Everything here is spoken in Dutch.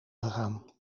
gegaan